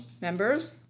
members